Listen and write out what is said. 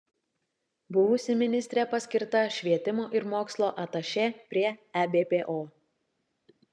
buvusi ministrė paskirta švietimo ir mokslo atašė prie ebpo